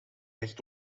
hecht